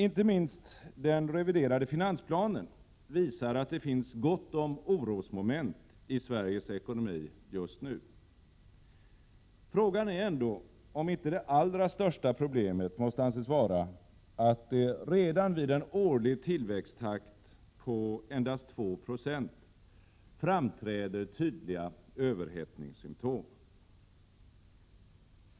Inte minst den reviderade finansplanen visar att det finns gott om orosmoment i Sveriges ekonomi just nu. Frågan är ändå om inte det allra största problemet måste anses vara att det redan vid en årlig tillväxttakt på endast 2 Ze framträder tydliga överhettningssymptom.